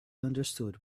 understood